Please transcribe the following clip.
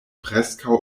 preskaŭ